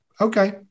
okay